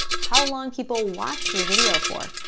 how long people watch your video for,